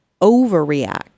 overreact